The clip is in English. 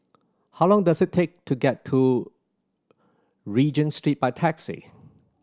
how long does it take to get to Regent Street by taxi